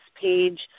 page